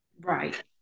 Right